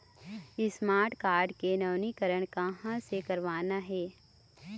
Smart card के नवीनीकरण कहां से करवाना हे?